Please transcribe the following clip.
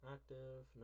Active